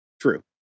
True